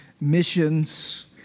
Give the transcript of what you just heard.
missions